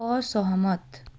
असहमत